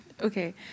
Okay